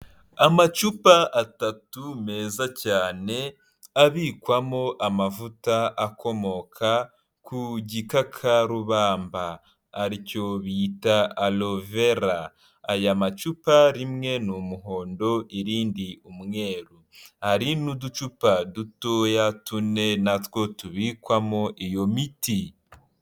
Amacupa atatu meza cyane abikwamo amavuta akomoka ku gikakarubamba aaricyo bita alovera, aya macupa rimwe ni umuhondo irindi umweru, hari n'uducupa dutoya tune natwo tubikwamo iyo miti.